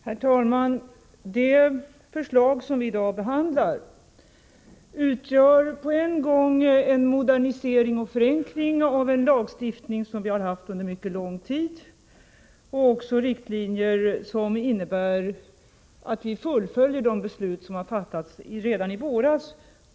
Herr talman! Det förslag som vi i dag behandlar utgör på en gång en modernisering och förenkling av en lagstiftning, som vi har haft under mycket lång tid. Förslaget innehåller även riktlinjer, som innebär att vi fullföljer det beslut som fattades redan i våras.